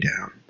down